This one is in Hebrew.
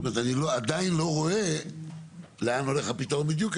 אני עדיין לא רואה לא הפתרון הולך בדיוק,